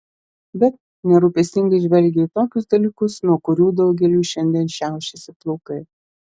bet nerūpestingai žvelgė į tokius dalykus nuo kurių daugeliui šiandien šiaušiasi plaukai